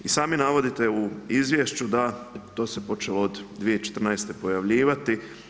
I sami navodite u izvješću da, to se počelo od 2014. pojavljivati.